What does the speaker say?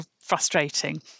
frustrating